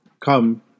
Come